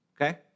Okay